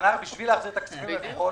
כדי להחזיר את הכספים ללקוחות,